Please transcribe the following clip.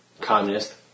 communist